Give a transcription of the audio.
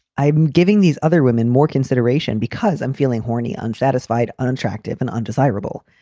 i'm giving these other women more consideration because i'm feeling horny, unsatisfied, unattractive and undesirable.